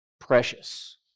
precious